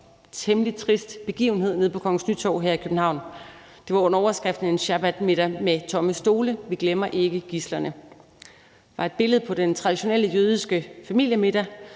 og temmelig trist begivenhed nede på Kongens Nytorv her i København. Det var under overskriften »Shabbatmiddag med tomme stole – vi glemmer ikke gidslerne«. Det var et billede på den traditionelle jødiske familiemiddag